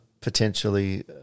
potentially